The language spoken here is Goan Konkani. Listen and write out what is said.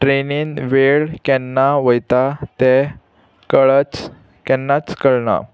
ट्रेनीन वेळ केन्ना वयता तें कळच केन्नाच कळना